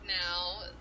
now